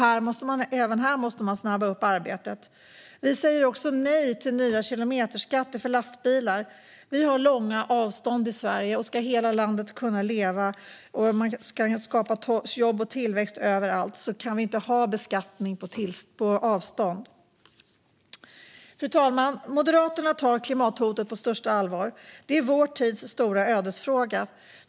Även här måste man snabba på arbetet. Vi säger nej till nya kilometerskatter för lastbilar. Vi har långa avstånd i Sverige, och om hela landet ska kunna leva och om man ska kunna skapa jobb och tillväxt överallt kan vi inte ha beskattning på avstånd. Fru talman! Moderaterna tar klimathotet på största allvar. Det är vår tids stora ödesfråga.